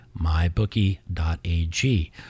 mybookie.ag